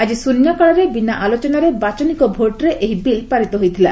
ଆଜି ଶ୍ଚନ୍ୟକାଳରେ ବିନା ଆଲୋଚନାରେ ବାଚନିକ ଭୋଟରେ ଏହି ବିଲ୍ ପାରିତ ହୋଇଥିଲା